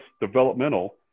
developmental